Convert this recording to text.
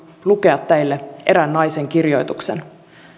lukea teille erään naisen kirjoituksen